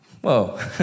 Whoa